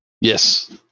Yes